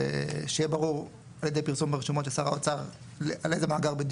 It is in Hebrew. ושיהיה ברור על ידי פרסום ברשומות של שר האוצר על איזה מאגר בדיוק